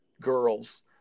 girls